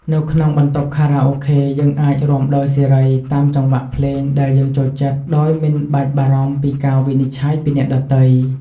នៅក្នុងបន្ទប់ខារ៉ាអូខេ យើងអាចរាំដោយសេរី តាមចង្វាក់ភ្លេងដែលយើងចូលចិត្ត ដោយមិនបាច់បារម្ភពីការវិនិច្ឆ័យពីអ្នកដទៃ។